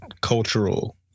cultural